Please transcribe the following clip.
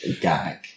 gag